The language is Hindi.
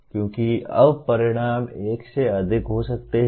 क्योंकि अब परिणाम एक से अधिक हो सकते हैं